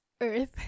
earth